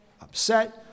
upset